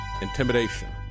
intimidation